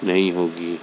नहीं होगी